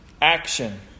action